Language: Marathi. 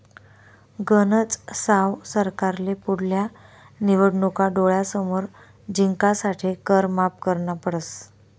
गनज साव सरकारले पुढल्या निवडणूका डोळ्यासमोर जिंकासाठे कर माफ करना पडस